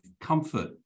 comfort